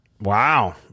Wow